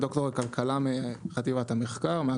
ד"ר לכלכלה מחטיבת המחקר של בנק ישראל,